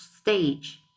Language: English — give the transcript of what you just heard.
stage